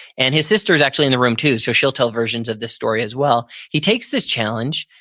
and his sister is actually in the room too, so she'll tell versions of this story as well. he takes this challenge.